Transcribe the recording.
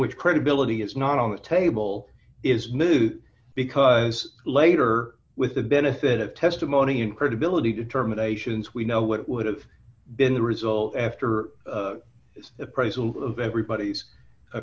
which credibility is not on the table is moot because later with the benefit of testimony and credibility determinations we know what would've been the result after the price of everybody's